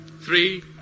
three